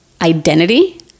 identity